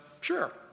sure